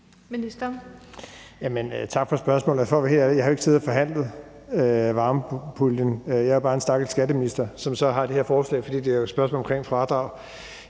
jeg jo ikke siddet og forhandlet varmepuljen. Jeg er jo bare en stakkels skatteminister, som så har det her forslag, fordi det er et spørgsmål omkring fradrag.